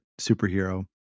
superhero